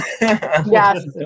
Yes